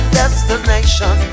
destination